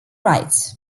rights